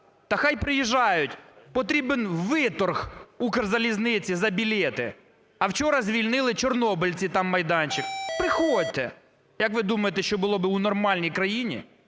"Та хай приїжджають, потрібен виторг "Укрзалізниці" за білети". А вчора звільнили чорнобильці там майданчик. Приходьте. Як ви думаєте, що було б у нормальній країні,